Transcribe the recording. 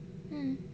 mm